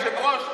היושב-ראש,